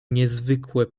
niezwykłe